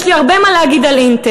יש לי הרבה מה להגיד על "אינטל",